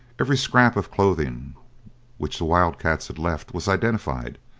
every scrap of clothing which the wild cats had left was identified,